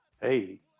Hey